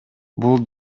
бул